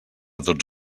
tots